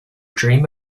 dream